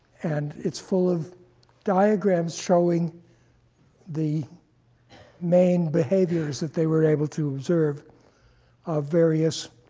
and it's full of diagrams showing the main behaviors that they were able to observe of various